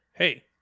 Hey